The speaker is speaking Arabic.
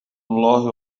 الله